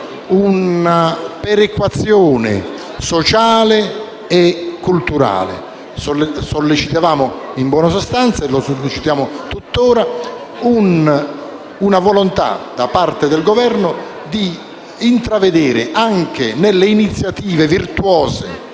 una perequazione sociale e culturale; sollecitavamo - e sollecitiamo tuttora - una volontà da parte del Governo di intravedere anche nelle iniziative virtuose